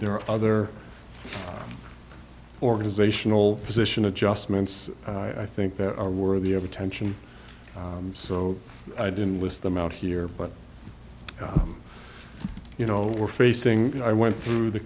there are other organizational position adjustments i think that are worthy of attention so i didn't list them out here but you know we're facing i went through the